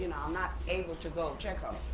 and um not able to go check on